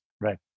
Right